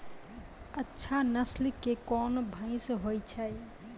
अच्छा नस्ल के कोन भैंस होय छै?